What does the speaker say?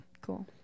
Cool